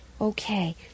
Okay